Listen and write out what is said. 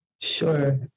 Sure